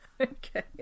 Okay